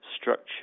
structure